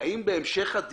תודה רבה לך.